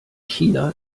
china